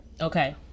Okay